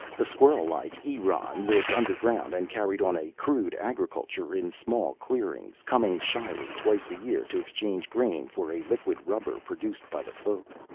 the squirrel-like eron lived underground and carried on a crude agriculture in small clearings, coming shyly twice a year to exchange grain for a liquid rubber produced by the folk.